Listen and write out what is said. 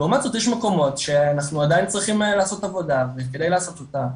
לעומת זאת יש מקומות שאנחנו עדיין צריכים לעשות עבודה וכדי לעשות אותה,